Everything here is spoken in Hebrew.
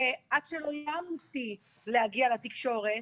ועד שלא איימתי להגיע לתקשורת